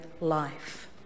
life